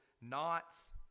knots